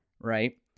Right